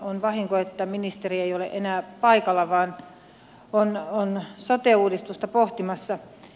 on vahinko että ministeri ei ole enää paikalla vaan on sote uudistusta pohtimassa